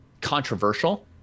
controversial